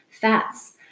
fats